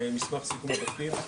מסמך סיכום התפקיד.